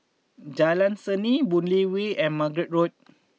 Jalan Seni Boon Lay Way and Margate Road